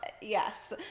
yes